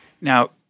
Now